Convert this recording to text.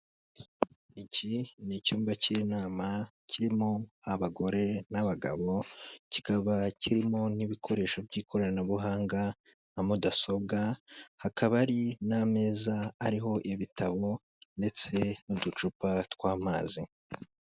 Iki ni icyumba cy'inama kirimo abagore n'abagabo, kikaba kirimo n'ibikoresho by'ikoranabuhanga na mudasobwa, hakaba ari n'amezaza ariho ibitabo ndetse n'uducupa tw'amazi.